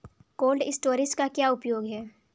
Cold storage का क्या उपयोग है?